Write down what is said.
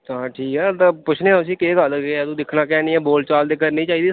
तां ठीक ऐ तां पुच्छनेआं उस्सी केह् गल्ल केह् ऐ तूं दिक्खना की निं ऐं बोल चाल ते करनी चाहिदी